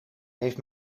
heeft